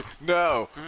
No